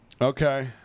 okay